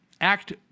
act